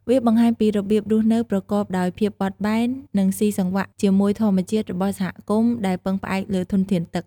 វាបង្ហាញពីរបៀបរស់នៅប្រកបដោយភាពបត់បែន និងស៊ីសង្វាក់ជាមួយធម្មជាតិរបស់សហគមន៍ដែលពឹងផ្អែកលើធនធានទឹក។